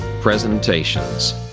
presentations